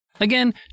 Again